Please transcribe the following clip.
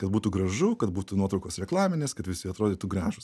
kad būtų gražu kad būtų nuotraukos reklaminės kad visi atrodytų gražūs